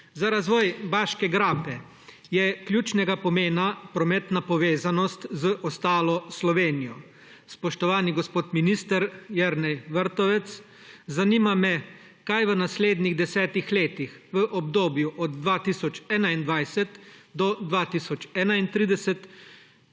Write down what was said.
Za razvoj Baške grape je ključnega pomena prometna povezanost z ostalo Slovenijo. Spoštovani gospod minister Jernej Vrtovec, zanima me: Kaj v naslednjih 10 letih, v obdobju od 2021 do 2031,